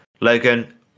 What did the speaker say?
Logan